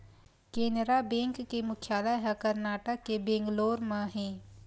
Canara bank के मुख्यालय ह करनाटक के बेंगलोर म हे